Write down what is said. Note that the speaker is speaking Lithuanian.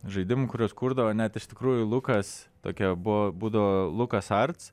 žaidimų kuriuos kurdavo net iš tikrųjų lukas tokia buvo būdo lukas arts